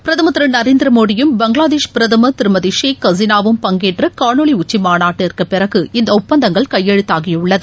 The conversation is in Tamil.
பிரதமர் திருநரேந்திரமோடியும் பிரதமர் திருமதிகூக் ஹசீனாவம் பங்கேற்றகாணொலிஉச்சிமாநாட்டிற்குப் பிறகு இந்தஒப்பந்தங்கள் கையெழுத்தாகியுள்ளது